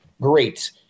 great